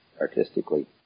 artistically